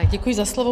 Děkuji za slovo.